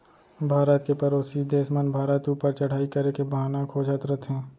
भारत के परोसी देस मन भारत ऊपर चढ़ाई करे के बहाना खोजत रथें